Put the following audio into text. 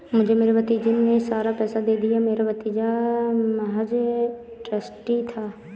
मुझे मेरे भतीजे ने सारा पैसा दे दिया, मेरा भतीजा महज़ ट्रस्टी था